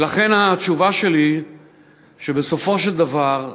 ולכן התשובה שלי היא שבסופו של דבר,